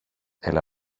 έλα